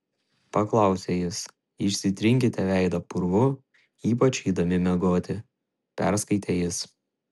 paklausė jis išsitrinkite veidą purvu ypač eidami miegoti perskaitė jis